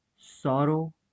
sorrow